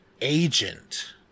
agent